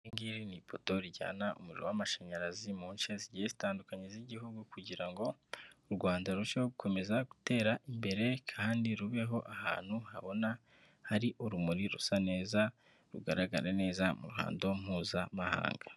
Iri ngiri ni ipoto rijyana umuriro w'amashanyarazi mu nshe zigiye zitandukanye z'igihugu kugira ngo, u Rwanda rurusheho gukomeza gutera imbere, kandi rubeho ahantu habona, hari urumuri rusa neza rugaragara neza mu ruhando mpuzamahanga.